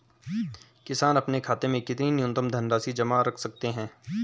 किसान अपने खाते में कितनी न्यूनतम धनराशि जमा रख सकते हैं?